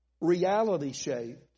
reality-shaped